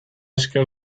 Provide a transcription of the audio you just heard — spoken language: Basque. esker